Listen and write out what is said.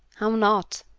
how not?